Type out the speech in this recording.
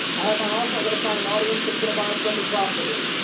i have my offer i gotta find an audience that's gonna buy from me profitably,